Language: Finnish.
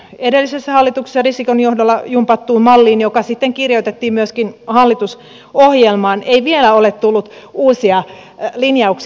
edellisessä hallituksessa risikon johdolla jumpattuun malliin joka sitten kirjoitettiin myöskin hallitusohjelmaan ei vielä ole tullut uusia linjauksia